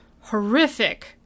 horrific